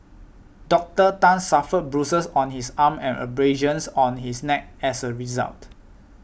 Doctor Tan suffered bruises on his arm and abrasions on his neck as a result